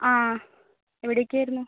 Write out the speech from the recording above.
ആ എവിടേക്കാരുന്നു